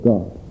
God